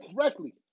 correctly